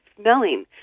smelling